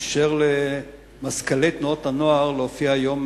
אפשר למזכ"לי תנועות הנוער להופיע היום